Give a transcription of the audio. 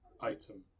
item